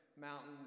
mountain